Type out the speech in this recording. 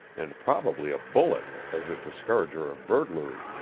and probably a bullet as a discourager of burglary.